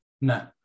no